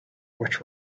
which